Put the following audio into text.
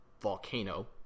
volcano